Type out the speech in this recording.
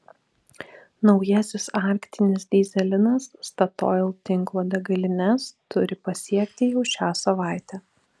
naujasis arktinis dyzelinas statoil tinklo degalines turi pasiekti jau šią savaitę